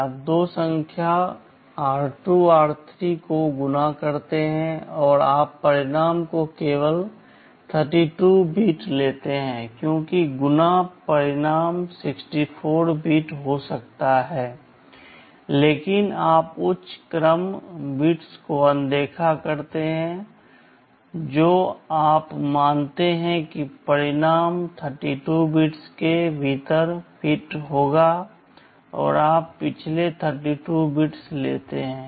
आप दो संख्याओं r2 r3 को गुणा करते हैं और आप परिणाम का केवल 32 बिट लेते हैं क्योंकि गुणा परिणाम 64 बिट हो सकता है लेकिन आप उच्च क्रम बिट्स को अनदेखा करते हैं जो आप मानते हैं कि परिणाम 32 बिट्स के भीतर फिट होगा और आप पिछले 32 बिट्स लेते हैं